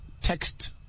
text